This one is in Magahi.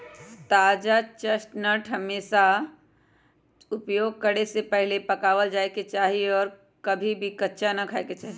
ताजा चेस्टनट हमेशा उपयोग करे से पहले पकावल जाये के चाहि और कभी भी कच्चा ना खाय के चाहि